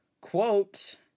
quote